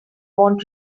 want